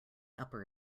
upper